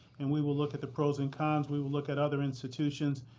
and we will look at the pros and cons. we will look at other institutions.